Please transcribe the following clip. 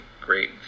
great